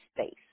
space